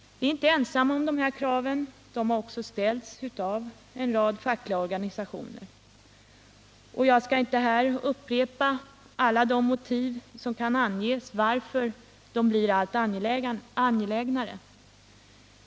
Vi är inte ensamma om dessa krav — de har också ställts av en rad fackliga organisationer — och jag skall inte här upprepa alla de motiv som kan anges för att de blir allt angelägnare.